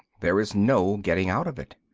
there is no getting out of it.